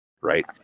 right